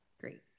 Great